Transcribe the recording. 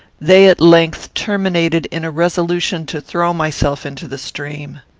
they at length terminated in a resolution to throw myself into the stream.